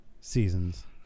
seasons